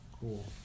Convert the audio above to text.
cool